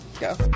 Go